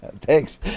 thanks